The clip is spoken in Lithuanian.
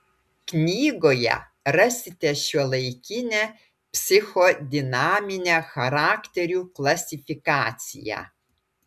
knygoje rasite šiuolaikinę psichodinaminę charakterių klasifikaciją